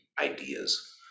ideas